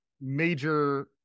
major